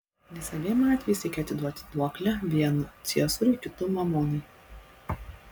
nes abiem atvejais reikia atiduoti duoklę vienu ciesoriui kitu mamonai